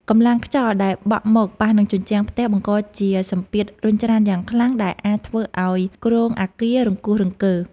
កម្លាំងខ្យល់ដែលបក់មកប៉ះនឹងជញ្ជាំងផ្ទះបង្កជាសម្ពាធរុញច្រានយ៉ាងខ្លាំងដែលអាចធ្វើឱ្យគ្រោងអគាររង្គោះរង្គើ។